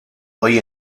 hoy